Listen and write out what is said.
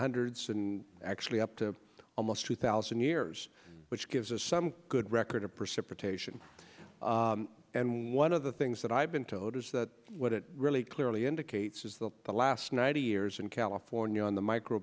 hundreds and actually up to almost two thousand years which gives us some good record of precipitation and one of the things that i've been told is that what it really clearly indicates is the last night a years in california on the micro